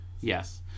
Yes